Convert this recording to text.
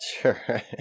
Sure